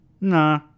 Nah